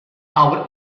our